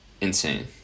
insane